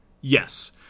Yes